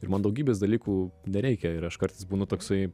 ir man daugybės dalykų nereikia ir aš kartais būnu toksai